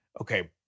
okay